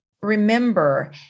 remember